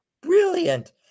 Brilliant